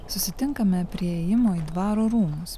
susitinkame prie įėjimo į dvaro rūmus